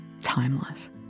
timeless